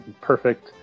perfect